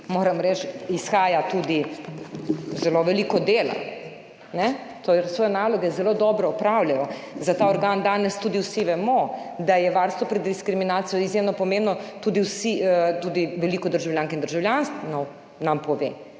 moram reči, da izhaja tudi zelo veliko dela, torej svoje naloge zelo dobro opravljajo, za ta organ danes tudi vsi vemo. Varstvo pred diskriminacijo je izjemno pomembno, tudi veliko državljank in državljanov nam pove,